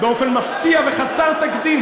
באופן מפתיע וחסר תקדים,